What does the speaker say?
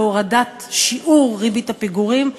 להורדת שיעור ריבית הפיגורים,